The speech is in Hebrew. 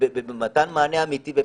ובמתן מענה אמיתי ואפקטיבי.